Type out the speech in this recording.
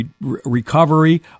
recovery